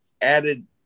added